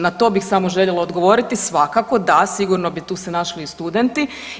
Na to bih samo željela odgovoriti, svakako da sigurno bi se tu našli i studenti.